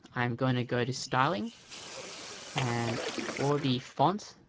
i'm gonna go to styling and for the font,